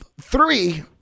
three